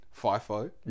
FIFO